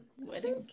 Wedding